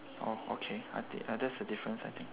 oh okay I think that's the difference I think